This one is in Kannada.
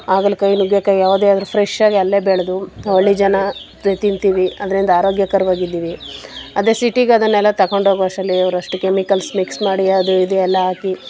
ಹಾಗಲಕಾಯಿ ನುಗ್ಗೆಕಾಯಿ ಯಾವುದೇ ಆದರೂ ಫ್ರೆಶ್ಶಾಗಿ ಅಲ್ಲೇ ಬೆಳೆದು ನಾವು ಹಳ್ಳಿ ಜನ ತಿಂತೀವಿ ಅದರಿಂದ ಆರೋಗ್ಯಕರವಾಗಿದ್ದೀವಿ ಅದೇ ಸಿಟೀಗೆ ಅದನ್ನೆಲ್ಲ ತಕಂಡೋಗೋವಷ್ಟ್ರಲ್ಲಿ ಅವ್ರು ಅಷ್ಟು ಕೆಮಿಕಲ್ಸ್ ಮಿಕ್ಸ್ ಮಾಡಿ ಅದು ಇದು ಎಲ್ಲ ಹಾಕಿ